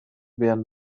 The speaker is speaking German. wären